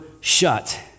shut